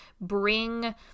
bring